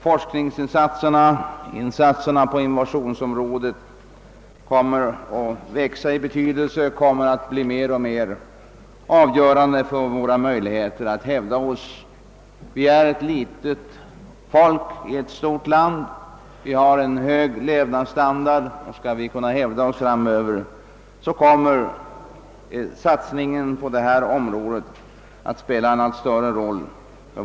Forskningsinsatserna och = innovationerna kommer att växa i betydelse och bli alltmer avgörande för våra möjligheter att hävda oss. Vi är ett litet folk med hög levnadsstandard. Om vi skall kunna hävda oss framöver kommer satsningen på detta område att spela en allt större roll.